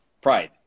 pride